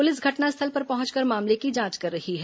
police घटनास्थल पर पहुंचकर मामले की जांच कर रही है